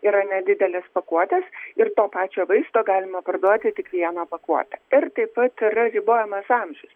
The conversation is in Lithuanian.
yra nedidelės pakuotės ir to pačio vaisto galima parduoti tik vieną pakuotę ir taip pat yra ribojamas amžius